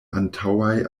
antaŭaj